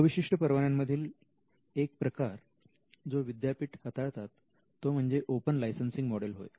अविशिष्ट परवान्यांमधील एक प्रकार जो विद्यापीठ हाताळतात तो म्हणजे ओपन लायसनसिंग मॉडेल होय